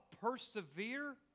persevere